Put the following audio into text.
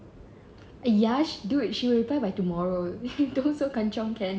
!aiya! she dude she will reply by tomorrow don't so kanchiong can